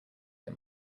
him